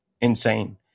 insane